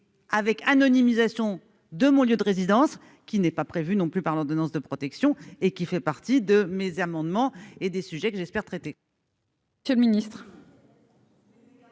avec anonymisation de mon lieu de résidence qui n'est pas prévu non plus par l'ordonnance de protection et qui fait partie de mes amendements et des sujets que j'espère traiter.